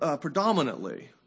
predominantly